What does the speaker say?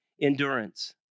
endurance